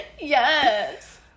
yes